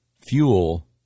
fuel